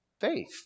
faith